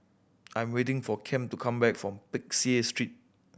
I'm waiting for Kem to come back from Peck Seah Street